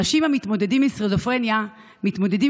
אנשים המתמודדים עם סכיזופרניה מתמודדים